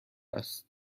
است